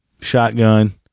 shotgun